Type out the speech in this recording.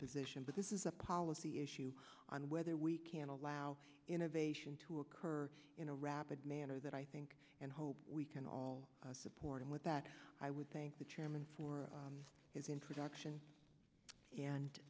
position but this is a policy issue on whether we can allow innovation to occur in a rapid manner that i think and hope we can all support him with that i would thank the chairman for his introduction and